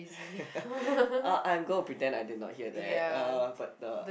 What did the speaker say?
uh I'm gonna pretend I did not hear that uh but uh